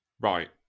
Right